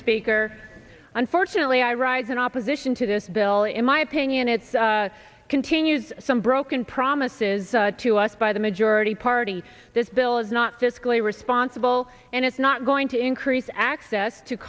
speaker unfortunately i rise in opposition to this bill in my opinion it's continues some broken promises to us by the majority party this bill is not fiscally responsible and it's not going to increase access to